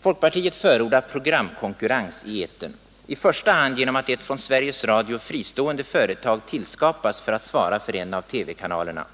Folkpartiet förordar programkonkurrens i etern, i första hand genom att ett från Sveriges Radio fristående företag tillskapas för att svara för en av TV-kanalerna.